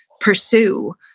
pursue